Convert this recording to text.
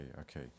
okay